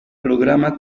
programa